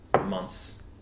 months